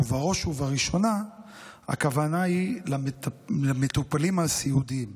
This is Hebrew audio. ובראש וראשונה הכוונה היא למטופלים הסיעודיים.